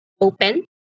open